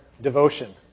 devotion